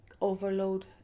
overload